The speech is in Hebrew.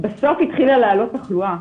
בסוף התחילה לעלות תחלואה,